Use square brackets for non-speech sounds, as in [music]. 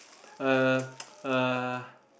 a [noise] a